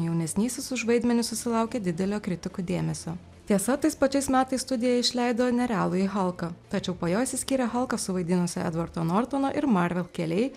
jaunesnysis už vaidmenį susilaukė didelio kritikų dėmesio tiesa tais pačiais metais studija išleido nerealųjį halką tačiau po jo išsiskyrė halką suvaidinusio edvardo nortono ir marvel keliai